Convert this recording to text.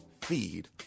feed